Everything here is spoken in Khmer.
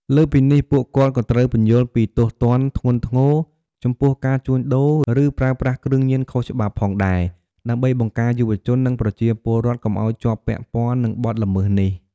លើសពីនេះ ពួកគាត់ក៏ត្រូវពន្យល់ពី ទោសទណ្ឌធ្ងន់ធ្ងរចំពោះការជួញដូរ ឬប្រើប្រាស់គ្រឿងញៀនខុសច្បាប់ ផងដែរ ដើម្បីបង្ការយុវជន និងប្រជាពលរដ្ឋកុំឱ្យជាប់ពាក់ព័ន្ធនឹងបទល្មើសនេះ។